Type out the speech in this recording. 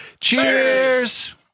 Cheers